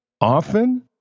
often